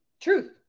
Truth